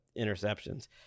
interceptions